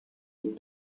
would